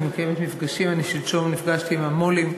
אני מקיימת מפגשים, שלשום נפגשתי עם המו"לים,